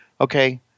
Okay